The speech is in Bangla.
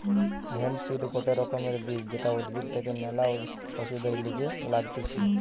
হেম্প সিড গটে রকমের বীজ যেটা উদ্ভিদ থেকে ম্যালা ওষুধের লিগে লাগতিছে